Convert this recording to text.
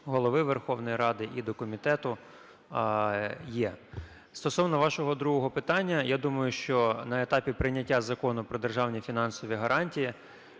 Голови Верховної Ради і до комітету є. Стосовно вашого другого питання. Я думаю, що на етапі прийняття закону про державні фінансові гарантії